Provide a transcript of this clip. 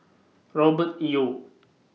Robert Yeo